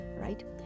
right